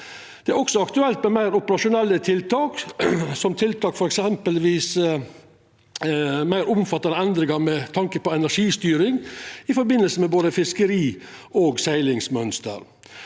Det er også aktuelt med meir operasjonelle tiltak, som tiltak for eksempelvis meir omfattande endringar med tanke på energistyring i forbindelse med både fiskeri- og seglingsmønster.